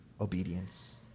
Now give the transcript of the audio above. obedience